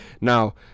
Now